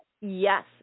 Yes